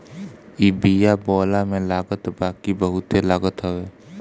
इ बिया बोअला में लागत बाकी बहुते लागत हवे